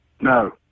No